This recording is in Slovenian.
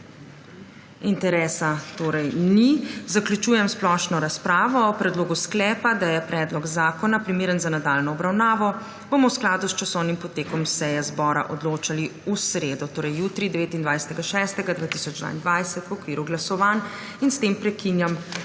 lepa. S tem zaključujem splošno razpravo. O predlogu sklepa, da je predlog zakona primeren za nadaljnjo obravnavo, bomo v skladu s časovnim potekom seje zbora odločali v sredo, 29. junija, v okviru glasovanj. S tem prekinjam